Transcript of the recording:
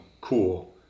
cool